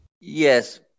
Yes